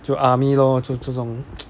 就 army lor 就这种